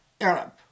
Arab